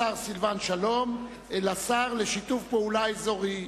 השר סילבן שלום, לשר לשיתוף פעולה אזורי.